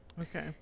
Okay